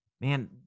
Man